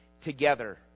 together